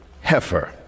heifer